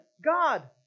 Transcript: God